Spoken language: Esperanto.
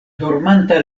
dormanta